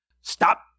stop